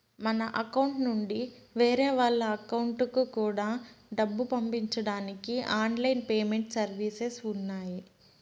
మన అకౌంట్ నుండి వేరే వాళ్ళ అకౌంట్ కూడా డబ్బులు పంపించడానికి ఆన్ లైన్ పేమెంట్ సర్వీసెస్ ఉన్నాయి